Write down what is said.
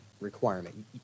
requirement